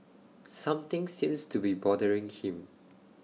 something seems to be bothering him